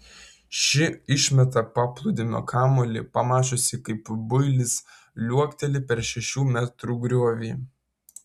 ši išmeta paplūdimio kamuolį pamačiusi kaip builis liuokteli per šešių metrų griovį